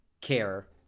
care